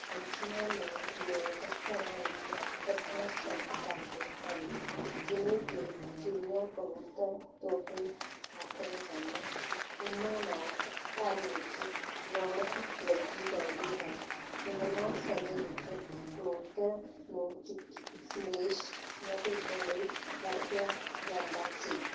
ਪੰਛੀਆਂ ਨੂੰ ਲੋਕ ਘਰਾਂ ਵਿੱਚ ਰੱਖਣਾ ਪਸੰਦ ਕਰਦੇ ਹਨ ਜਿਵੇਂ ਕਿ ਚਿੜੀਆਂ ਕਬੂਤਰ ਤੋਤੇ ਰੱਖਦੇ ਹਨ ਇਹਨਾਂ ਨਾਲ ਘਰ ਵਿੱਚ ਰੌਣਕ ਲੱਗੀ ਰਹਿੰਦੀ ਹੈ ਪਹਿਲਾਂ ਸਮੇਂ ਵਿੱਚ ਕਬੂਤਰ ਨੂੰ ਚਿੱਠੀ ਸੰਦੇਸ਼ ਚਿੱਠੀਆਂ ਭੇਜਣ ਲਈ ਵਰਤਿਆ ਜਾਂਦਾ ਸੀ